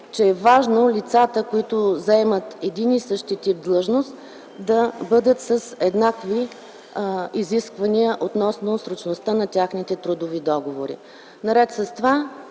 че е важно лицата, които заемат един и същи тип длъжност, да бъдат с еднакви изисквания относно срочността на техните трудови договори.